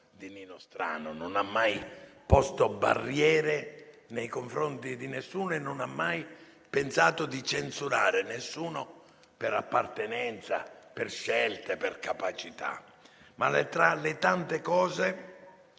di Nino Strano. Egli non ha mai posto barriere nei confronti di nessuno e non ha mai pensato di censurare nessuno per appartenenza, per scelte, per capacità. Ma, tra le tante cose,